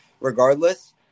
regardless